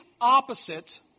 opposite